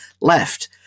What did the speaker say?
left